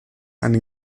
eine